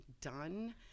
done